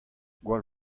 gwall